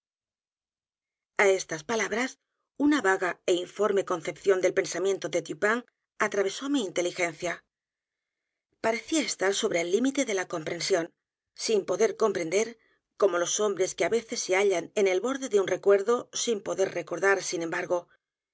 a estas palabras una vaga é informe concepción del pensamiento de dupin atravesó mi inteligencia parecía estar sobre el límite de la comprensión sin poder edgar poe novelas y cuentos comprender como los hombres que á veces se h a llan en el borde de u n recuerdo sinfpoder recordar sin